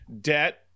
debt